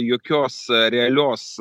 jokios realios